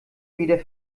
wieder